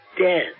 dead